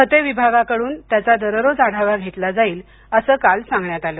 खते विभागाकड्रन त्याचा दररोज आढावा घेतला जाईल असं काल सांगण्यात आलं